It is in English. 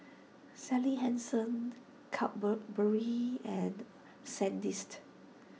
Sally Hansen Cadbury and Sandist